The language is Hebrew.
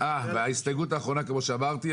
ההסתייגות האחרונה כמו שאמרתי,